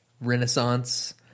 renaissance